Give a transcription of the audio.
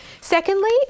Secondly